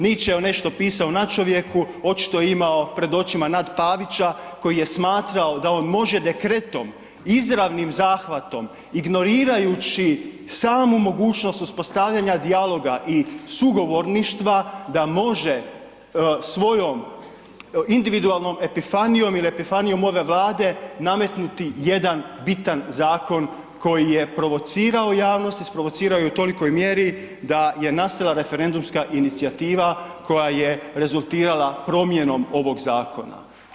Nietzsche je nešto pisao o nadčovjeku, očito je imao pred očima nad Pavića koji je smatrao da on može dekretom, izravnim zahvatom ignorirajući samu mogućnost uspostavljanja dijaloga i sugovorništva da može svojom individualnom epifanijom ili epifanijom ove Vlade nametnuti jedan bitan zakon koji je provocirao javnost, isprovocirao ju u tolikoj mjeri da je nastala referendumska inicijativa koja je rezultirala promjenom ovoga zakona.